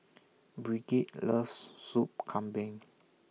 Brigid loves Soup Kambing